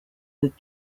with